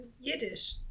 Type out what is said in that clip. Yiddish